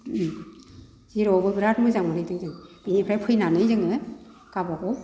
जिर'आवबो बिराद मोजां मोनहैदों जों बिनिफ्राय फैनानै जोङो गाबागाव